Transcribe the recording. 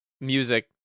music